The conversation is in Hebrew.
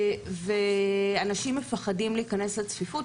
אנשים מפחדים להיכנס לצפיפות,